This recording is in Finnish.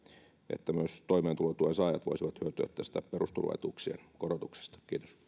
että myös toimeentulotuen saajat voisivat hyötyä tästä perusturvaetuuksien korotuksesta